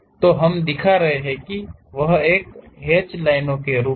तो हम दिखा रहे हैं कि वह एकहैचर्ड लाइनों के रूप में